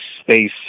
space